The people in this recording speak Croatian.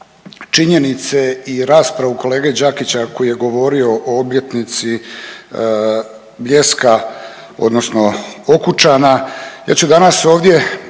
činjenice i raspravu kolege Đakića koji je govorio o obljetnici Bljeska odnosno Okučana, ja ću danas ovdje